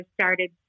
started